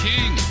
King